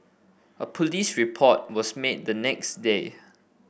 a police report was made the next day